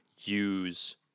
use